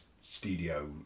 studio